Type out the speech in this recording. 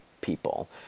people